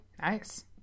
Nice